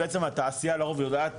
התעשייה לרוב יודעת